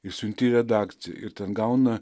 ir siunti į redakciją ir ten gauna